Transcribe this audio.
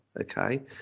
okay